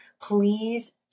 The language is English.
Please